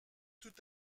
tout